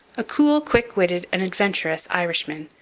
a cool, quick-witted, and adventurous irishman,